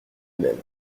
même